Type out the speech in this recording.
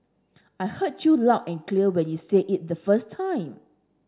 I heard you loud and clear when you said it the first time